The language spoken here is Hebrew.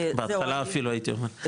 בהתחלה אפילו הייתי אומר.